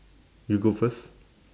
you go first